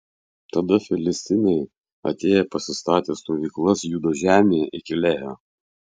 tada filistinai atėję pasistatė stovyklas judo žemėje iki lehio